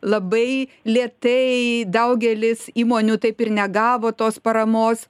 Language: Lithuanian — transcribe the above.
labai lėtai daugelis įmonių taip ir negavo tos paramos